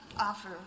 offer